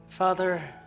Father